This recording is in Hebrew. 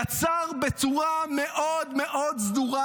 כל השלטון הזה יצר בצורה מאוד מאוד סדורה,